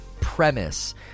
premise